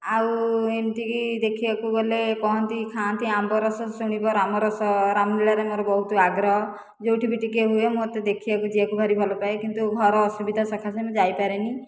ଆଉ ଏମିତିକି ଦେଖିବାକୁ ଗଲେ କହନ୍ତି ଖାଆନ୍ତି ଆମ୍ବ ରସ ଶୁଣିବ ରାମ ରସ ରାମ ଲୀଳାରେ ମୋର ବହୁତ ଆଗ୍ରହ ଯେଉଁଠି ବି ଟିକିଏ ହୁଏ ମୋତେ ଦେଖିବାକୁ ଯିବାକୁ ଭାରି ଭଲପାଏ କିନ୍ତୁ ଘର ଅସୁବିଧା ସକାଶେ ମୁଁ ଯାଇ ପାରେନି